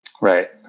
Right